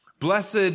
Blessed